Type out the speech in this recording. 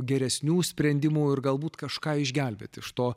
geresnių sprendimų ir galbūt kažką išgelbėt iš to